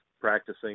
practicing